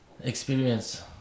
experience